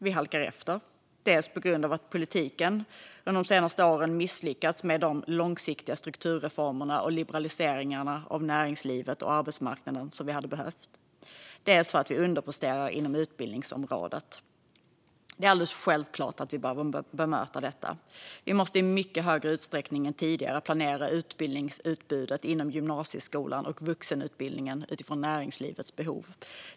Vi halkar efter, dels på grund av att politiken under de senaste åren misslyckats med de långsiktiga strukturreformer och liberaliseringar av näringslivet och arbetsmarknaden som vi hade behövt, dels för att vi underpresterar inom utbildningsområdet. Det är alldeles självklart att vi behöver bemöta detta. Vi måste i mycket högre utsträckning än tidigare planera utbildningsutbudet inom gymnasieskolan och vuxenutbildningen utifrån näringslivets behov.